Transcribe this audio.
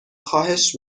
خواهش